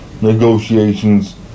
negotiations